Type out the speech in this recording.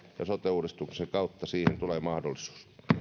ja sote uudistuksen kautta siihen tulee mahdollisuus